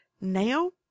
Now